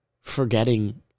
forgetting